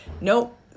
Nope